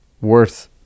Worth